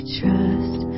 trust